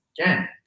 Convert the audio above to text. Again